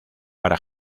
para